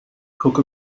coca